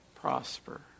prosper